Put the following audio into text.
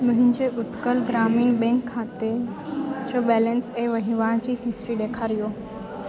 मुंहिंजे उत्कल ग्रामीण बैंक खाते जो बैलेंस ऐं वहिंवार जी हिस्ट्री ॾेखारियो